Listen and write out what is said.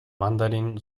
mandarin